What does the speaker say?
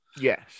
Yes